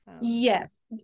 Yes